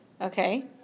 Okay